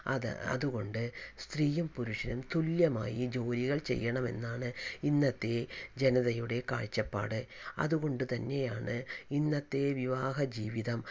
അത് അതുകൊണ്ട് സ്ത്രീയും പുരുഷനും തുല്ല്യമായി ജോലികൾ ചെയ്യണമെന്നാണ് ഇന്നത്തെ ജനതയുടെ കാഴ്ച്ചപ്പാട് അതുകൊണ്ട് തന്നെയാണ് ഇന്നത്തെ വിവാഹജീവിതം